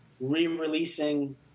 re-releasing